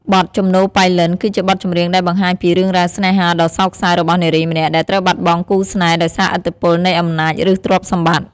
បទ ជំនោរប៉ៃលិន គឺជាបទចម្រៀងដែលបង្ហាញពីរឿងរ៉ាវស្នេហាដ៏សោកសៅរបស់នារីម្នាក់ដែលត្រូវបាត់បង់គូស្នេហ៍ដោយសារឥទ្ធិពលនៃអំណាច ឬទ្រព្យសម្បត្តិ។